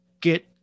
get